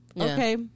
okay